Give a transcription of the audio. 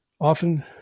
Often